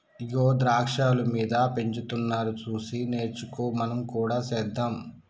ఇగో ద్రాక్షాలు మీద పెంచుతున్నారు సూసి నేర్చుకో మనం కూడా సెద్దాం